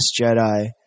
Jedi